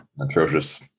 Atrocious